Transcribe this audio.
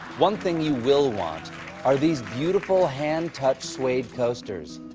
one thing you will want are these beautiful hand cut suede coasters,